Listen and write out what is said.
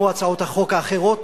כמו הצעות החוק האחרות